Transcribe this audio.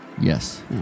Yes